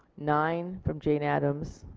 nine from jane addams,